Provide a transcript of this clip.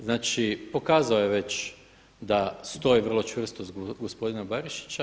Znači pokazao je već da stoji vrlo čvrsto uz gospodina Barišića.